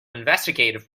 investigative